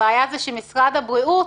הבעיה היא שמשרד הבריאות,